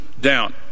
down